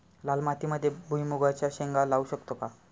लाल मातीमध्ये भुईमुगाच्या शेंगा लावू शकतो का?